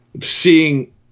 Seeing